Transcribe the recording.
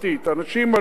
אנשים עלו,